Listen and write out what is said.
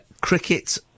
cricket